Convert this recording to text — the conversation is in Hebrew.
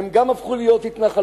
הן גם הפכו להיות התנחלויות.